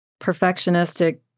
perfectionistic